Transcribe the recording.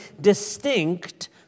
distinct